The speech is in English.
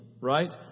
right